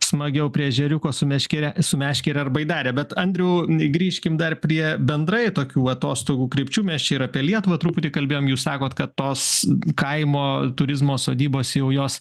smagiau prie ežeriuko su meškere su meškere ar baidare bet andriau grįžkim dar prie bendrai tokių atostogų krypčių mes čia ir apie lietuvą truputį kalbėjom jūs sakot kad tos kaimo turizmo sodybos jau jos